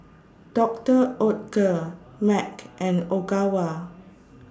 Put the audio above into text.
Doctor Oetker Mac and Ogawa